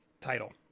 title